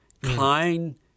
Klein